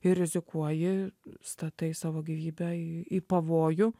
ir rizikuoji statai savo gyvybę į į pavojų